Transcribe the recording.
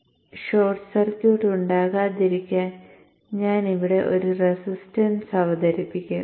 അതിനാൽ short circuit ഉണ്ടാകാതിരിക്കാൻ ഞാൻ ഇവിടെ ഒരു റെസിസ്റ്റൻസ് അവതരിപ്പിക്കും